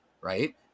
right